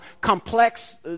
complex